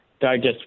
Digest